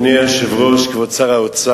אדוני היושב-ראש, כבוד שר האוצר,